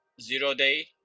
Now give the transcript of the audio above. zero-day